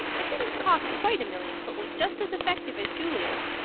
it didn't cost quite a million, but was just as effective as julia's.